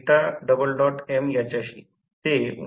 म्हणूनच मूलभूत स्तरावर जे काही न शिकलेले असेल तेच हेच आहे